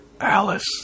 Alice